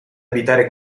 abitare